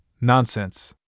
Nonsense